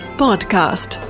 podcast